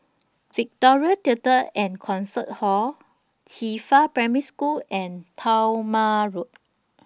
Victoria Theatre and Concert Hall Qifa Primary School and Talma Road